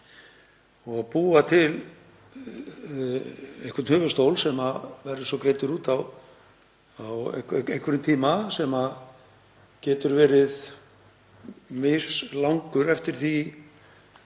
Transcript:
er búinn til höfuðstóll sem verður svo greiddur út á einhverjum tíma sem getur verið mislangur eftir því